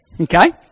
Okay